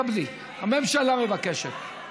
קבלי את מה שאני אומר,